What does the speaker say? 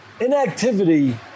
inactivity